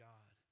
God